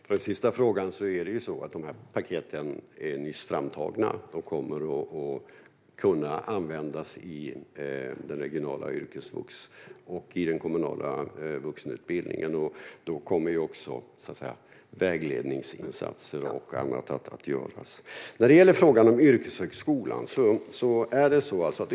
Fru talman! Svaret på den sista frågan är att dessa paket nyss är framtagna. De kommer att kunna användas i den regionala yrkesvuxskolan och i den kommunala vuxenutbildningen. Då kommer också vägledningsinsatser och annat att göras.